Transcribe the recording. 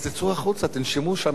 אז תצאו החוצה, תנשמו שם.